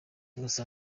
gusa